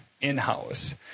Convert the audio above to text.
in-house